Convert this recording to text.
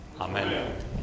amen